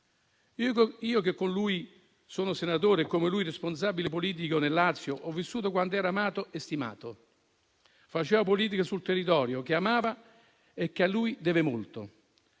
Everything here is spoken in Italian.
Io che, come lui, sono senatore e responsabile politico nel Lazio, ho vissuto quando era amato e stimato. Faceva politica sul territorio che amava e che a lui deve molto.